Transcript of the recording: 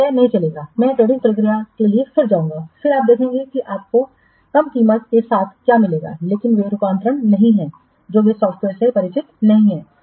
लेकिन यह नहीं चलेगा मैं टेंडरिंग प्रक्रिया के लिए जाऊंगा फिर आप देखेंगे कि आपको कम कीमत के साथ क्या मिलेगा लेकिन वे रूपांतरण नहीं हैं जो वे सॉफ्टवेयर से परिचित नहीं हैं